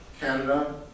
Canada